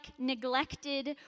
neglected